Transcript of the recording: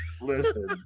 Listen